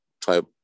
type